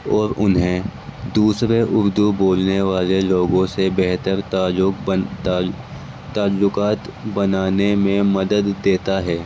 اور انہیں دوسرے اردو بولنے والے لوگوں سے بہتر تعلق بن تعلقات بنانے میں مدد دیتا ہے